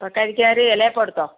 ഇപ്പം കഴിക്കാൻ ഒരു ഇല അപ്പം എടുത്തോ